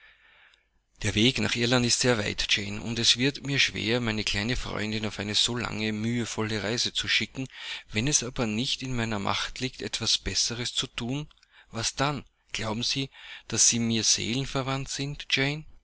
der weg nach irland ist sehr weit jane und es wird mir schwer meine kleine freundin auf eine so lange mühevolle reise zu schicken wenn es aber nicht in meiner macht liegt etwas besseres zu thun was dann glauben sie daß sie mir seelenverwandt sind jane